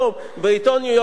בעיתון "ניו-יורק טיימס",